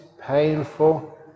painful